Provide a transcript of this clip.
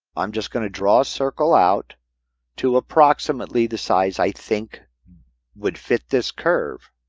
i'm just going to draw a circle. out to approximately the size i think would fit this curve.